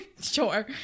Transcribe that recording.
Sure